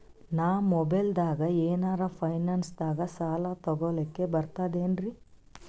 ನಾ ಮೊಬೈಲ್ದಾಗೆ ಏನರ ಫೈನಾನ್ಸದಾಗ ಸಾಲ ತೊಗೊಲಕ ಬರ್ತದೇನ್ರಿ?